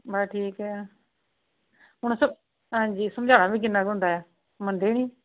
ਵਾ ਠੀਕ ਆ ਹੁਣ ਸਭ ਹਾਂਜੀ ਸਮਝਾਉਣਾ ਵੀ ਕਿੰਨਾ ਕੁ ਹੁੰਦਾ ਮੰਨਦੇ ਨਹੀਂ